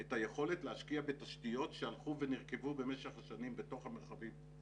את היכולת להשקיע בתשתיות שהלכו ונרקבו במשך השנים בתוך המרחבים.